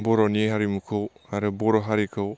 बर'नि हारिमुखौ आरो बर' हारिखौ